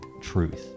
truth